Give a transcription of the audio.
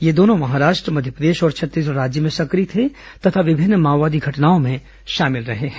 ये दोनों महाराष्ट्र मध्यप्रदेश और छत्तीसगढ़ राज्य में सक्रिय थे तथा विभिन्न माओवादी घटनाओं में शामिल रहे हैं